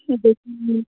ঠিক আছে হুম